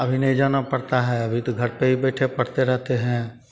अभी नहीं जाना पड़ता हैं अभी तो घर पे ही बैठे पढ़ते रहते हैं